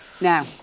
now